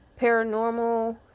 paranormal